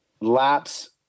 laps